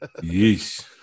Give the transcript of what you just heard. Yes